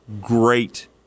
Great